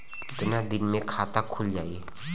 कितना दिन मे खाता खुल जाई?